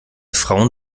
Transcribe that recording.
frauen